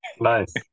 Nice